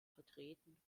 vertreten